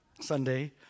Sunday